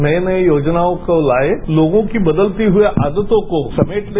नई नई योजनाओं को लाएं लोगों की बदलती हुई आदतों को समेट ले